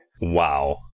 Wow